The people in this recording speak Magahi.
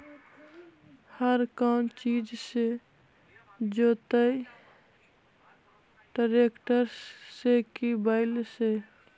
हर कौन चीज से जोतइयै टरेकटर से कि बैल से?